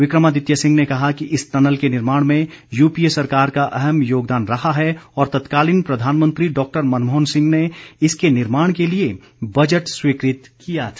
विक्रमादित्य सिंह ने कहा कि इस टनल के निर्माण में यूपीए सरकार का अहम योगदान रहा है और तत्कालीन प्रधानमंत्री डॉक्टर मनमोहन सिंह ने इसके निर्माण के लिए बजट स्वीकृत किया था